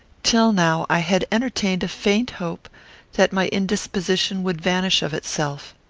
till now, i had entertained a faint hope that my indisposition would vanish of itself.